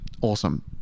Awesome